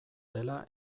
dela